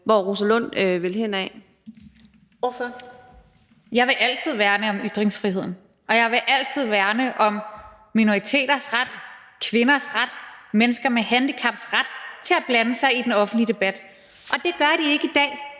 11:02 Rosa Lund (EL): Jeg vil altid værne om ytringsfriheden, og jeg vil altid værne om minoriteters ret, kvinders ret og mennesker med handicaps ret til at blande sig i den offentlige debat, og det gør de ikke i dag,